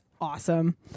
awesome